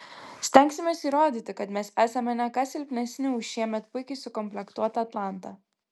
stengsimės įrodyti kad mes esame ne ką silpnesnį už šiemet puikiai sukomplektuotą atlantą